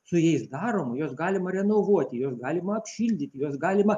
su jais daroma juos galima renovuoti juos galima apšildyti juos galima